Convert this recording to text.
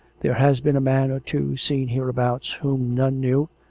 there has been a man or two seen hereabouts whom none knew,